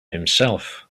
himself